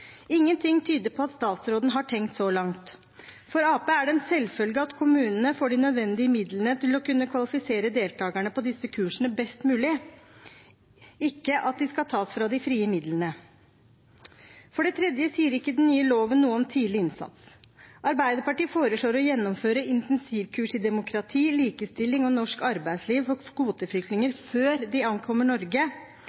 Ingenting tyder på at statsråden har tenkt så langt. For Arbeiderpartiet er det en selvfølge at kommunene får de nødvendige midlene til å kunne kvalifisere deltakerne på disse kursene best mulig, ikke at de skal tas fra de frie midlene. For det tredje sier ikke den nye loven noe om tidlig innsats. Arbeiderpartiet foreslår å gjennomføre intensivkurs i demokrati, likestilling og norsk arbeidsliv for kvoteflyktninger